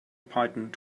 python